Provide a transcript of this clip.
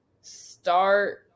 start